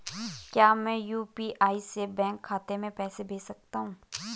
क्या मैं यु.पी.आई से बैंक खाते में पैसे भेज सकता हूँ?